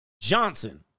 Johnson